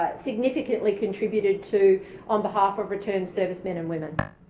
significantly contributed to on behalf of returned servicemen and women,